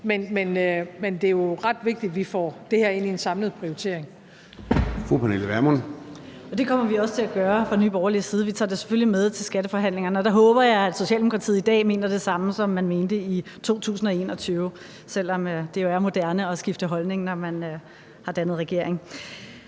Kl. 14:17 Formanden (Søren Gade): Fru Pernille Vermund. Kl. 14:17 Pernille Vermund (NB): Det kommer vi også til at gøre fra Nye Borgerliges side. Vi tager det selvfølgelig med til skatteforhandlingerne, og der håber jeg, at Socialdemokratiet i dag mener det samme, som man mente i 2021, selv om det er moderne at skifte holdning, når man har dannet regering.